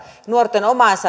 nuorten omat